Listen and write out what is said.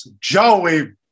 Joey